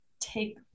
take